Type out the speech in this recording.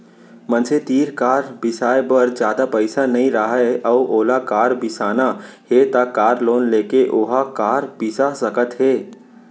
मनसे तीर कार बिसाए बर जादा पइसा नइ राहय अउ ओला कार बिसाना हे त कार लोन लेके ओहा कार बिसा सकत हे